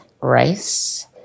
rice